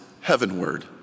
heavenward